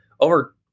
over